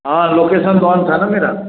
हाँ लोकेशन तो ऑन था ना मेरा